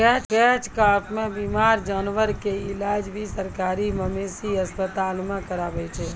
catch कार्प नॅ बीमार जानवर के इलाज भी सरकारी मवेशी अस्पताल मॅ करावै छै